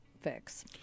fix